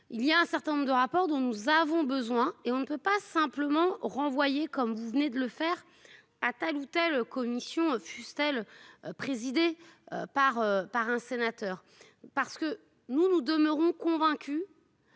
Il y a un certain nombre de rapports dont nous avons besoin et on ne peut pas simplement renvoyer comme vous venez de le faire à telle ou telle commission fusse-t-elle. Présidée par par un sénateur, parce que nous nous demeurons convaincus.